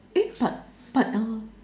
eh but but uh